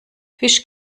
fisch